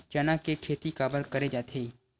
चना के खेती काबर करे जाथे?